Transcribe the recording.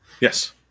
Yes